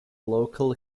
local